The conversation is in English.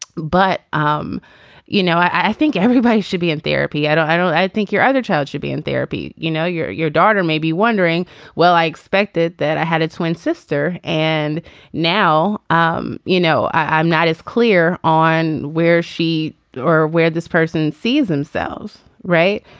but um you know i think everybody should be in therapy. i don't i don't think your other child should be in therapy. you know your your daughter may be wondering well i expected that i had a twin sister and now um you know i'm not as clear on where she is or where this person sees themselves right.